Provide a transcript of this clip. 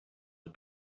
had